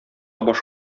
баш